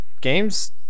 games